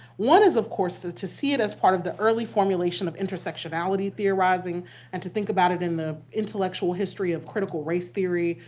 one is, of course, to see it as part of the early formulation of intersectionality theorizing and to think about it in the intellectual history of critical race theory,